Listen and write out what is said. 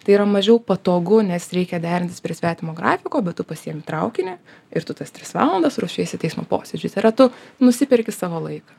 tai yra mažiau patogu nes reikia derintis prie svetimo grafiko bet tu pasiemi traukinį ir tu tas tris valandas ruošiesi teismo posėdžiuose yra tu nusiperki savo laiką